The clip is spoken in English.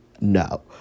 no